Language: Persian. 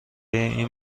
این